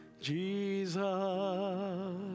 Jesus